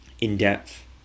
in-depth